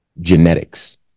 genetics